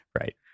Right